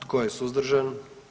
Tko je suzdržan?